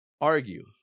argue